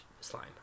slime